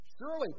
Surely